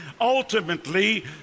ultimately